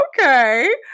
Okay